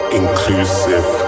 inclusive